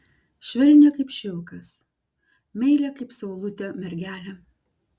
švelnią kaip šilkas meilią kaip saulutė mergelę